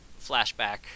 Flashback